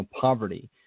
poverty